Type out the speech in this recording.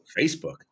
Facebook